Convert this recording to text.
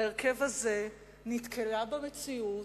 בהרכב הזה, נתקלה במציאות,